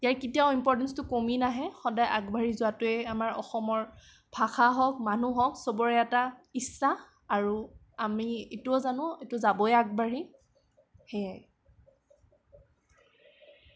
ইয়াৰ কেতিয়াও ইম্পৰ্টেঞ্চটো কমি নাহে সদায় আগবাঢ়ি যোৱাটোৱে আমাৰ অসমৰ ভাষা হওক মানুহ হওক চবৰে এটা ইচ্ছা আৰু আমি এইটোও জানো এইটো যাবই আগবাঢ়ি সেইয়াই